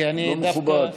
לא מכובד.